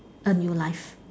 a new life